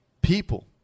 People